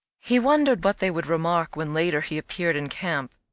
he wondered what they would remark when later he appeared in camp.